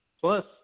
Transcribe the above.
Plus